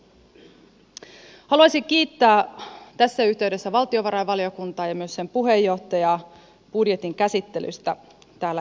haluaisin kiittää tässä yhteydessä valtiovarainvaliokuntaa ja myös sen puheenjohtajaa budjetin käsittelystä täällä eduskunnassa